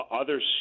Others